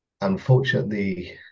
Unfortunately